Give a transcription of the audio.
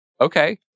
Okay